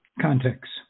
context